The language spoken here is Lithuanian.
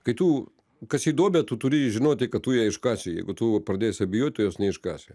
kai tu kasi duobę tu turi žinoti kad tu ją iškasi jeigu tu pradėsi abejot tu jos neiškasi